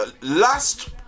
last